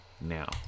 now